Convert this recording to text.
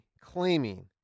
claiming